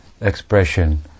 expression